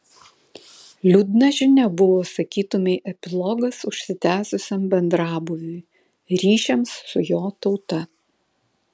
liūdna žinia buvo sakytumei epilogas užsitęsusiam bendrabūviui ryšiams su jo tauta